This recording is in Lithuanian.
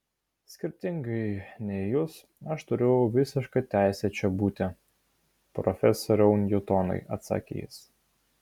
skirtingai nei jūs aš turiu visišką teisę čia būti profesoriau niutonai atsakė jis